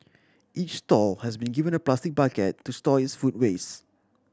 each stall has been given a plastic bucket to store its food waste